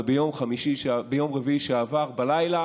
וביום רביעי שעבר בלילה